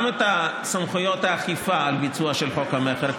גם את סמכויות האכיפה על ביצוע של חוק המכר,